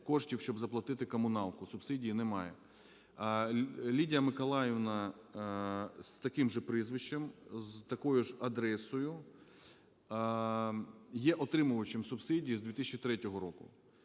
коштів, щоб заплатити комуналку, субсидії немає. Лідія Миколаївна з таким ж прізвищем, з такою ж адресою є отримувачем субсидій з 2003 року.